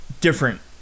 different